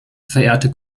verehrte